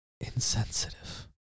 Insensitive